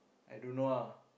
I don't know ah